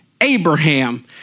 Abraham